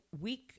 week